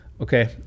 okay